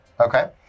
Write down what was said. Okay